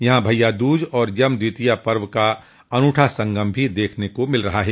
यहां भइया दूज और यम द्वितीया पर्व का अनूठा संगम भी देखने को मिल रहा है